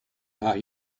are